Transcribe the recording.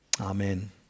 Amen